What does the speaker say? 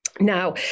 Now